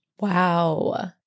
Wow